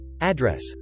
Address